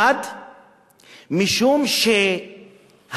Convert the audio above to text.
1. משום שהמדינה,